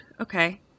Okay